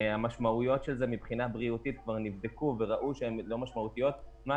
כבר ראו שהמשמעויות הבריאותיות הן לא משמעותיות - מה